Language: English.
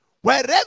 Wherever